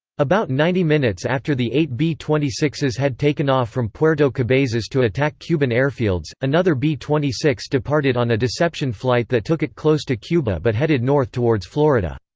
about ninety minutes after the eight b twenty six s had taken off from puerto cabezas to attack cuban airfields, another b twenty six departed on a deception flight that took it close to cuba but headed north towards florida.